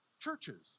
churches